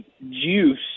juice